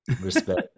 Respect